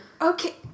okay